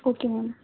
okay ma'am